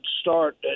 start